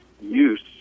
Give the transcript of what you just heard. use